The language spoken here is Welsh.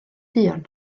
duon